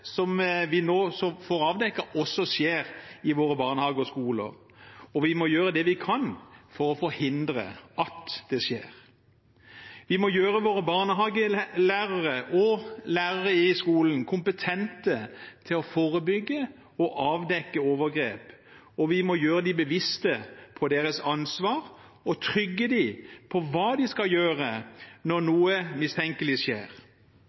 som vi nå får avdekket, også skjer i våre barnehager og skoler. Vi må gjøre det vi kan, for å forhindre at det skjer. Vi må gjøre våre barnehagelærere og lærere i skolen kompetente til å forebygge og avdekke overgrep. Vi må gjøre at de er seg sitt ansvar bevisst, og gjøre dem trygge på hva de skal gjøre, når noe mistenkelig skjer.